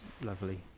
lovely